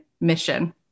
mission